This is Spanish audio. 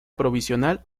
provisional